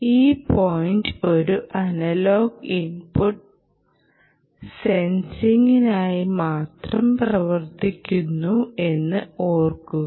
ഈ പോയിന്റ് ഒരു analogue input സെൻസിംഗായി മാത്രം പ്രവർത്തിക്കുന്നു എന്ന് ഓർമ്മിക്കുക